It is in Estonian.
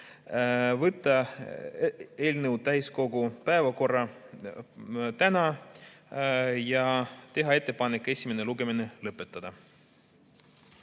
võtta eelnõu täiskogu päevakorda täna ja teha ettepanek esimene lugemine lõpetada.